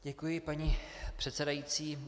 Děkuji, paní předsedající.